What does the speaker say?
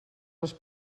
les